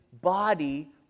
body